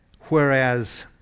whereas